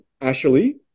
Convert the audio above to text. Ashley